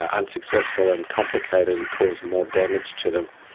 ah unsuccessful and complicated, it caused more damage to them.